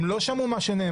הם לא שמעו מה שנאמר,